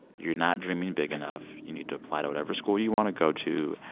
you're not dreaming big enough. you need to apply to whatever school you want to go to.